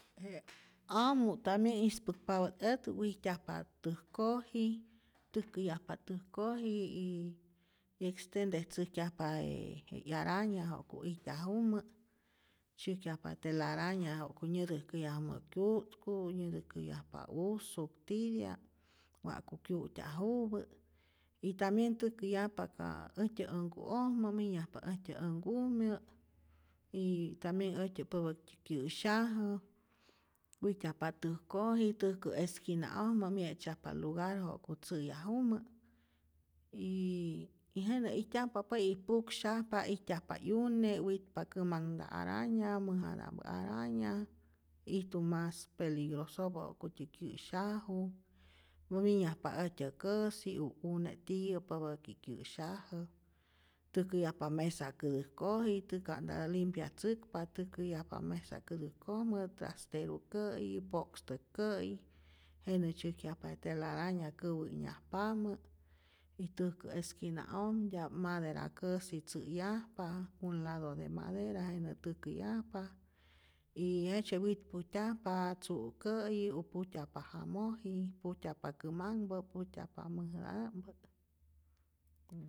Jete' amu tambien ispäkpapä't ät wijtyajpa täjkoji, täjkäyajpa täjkoji y extendetzäjkyajpa je 'yaraña ja'ku ijtyajumä, tzyäjkyajpa telaraña ja'ku nyätäjkäyajumä kyu'tku, nyätäjkäyajpa usuk titya'p wa'ku kyu'tyajupä y tambien täjkäyajpa ka äjtyä änhku'ojmä, minyajpa äjtyä änhkumyä y tambien äjtyä papäktä kyä'syajä, wijtyajpa täjkoji, täjkä esquina'ojmä mye'tzyajpa lugar wa'ku tzä'yajumä y jenä ijtyajpa pue y puksyajpa ijtyajpa 'yune, wijtpa kämanhta araña, mäjata'mpä araña, ijtu mas peligrosopä ja'kutyä kyä'syaju, u minyajpa äjtyä'käsi o une' tiyä papäki kyä'syajä, täjkäyajpa mesa kätäjkoji y ka'ntatä limpyatzäkpa täjkäyajpa mesa kätäjkojmä, trasteru'kä'yi, po'kstäk'kä'yi, jenä tzyäjkyajpa je telaraña käwä'nyajpamä y täjkä esquina'ojmtya'p madera'käsi tzä'yajpa, un lado de madera jenä täkäyajpa y jejtzye witpujtyajpa tzu'käyi o pujtyajpa jamoji, pujtyajpa kämanhpä, pujtyajpa mäjata'mpä.